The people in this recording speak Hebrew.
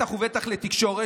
ובטח ובטח לתקשורת.